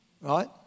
right